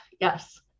Yes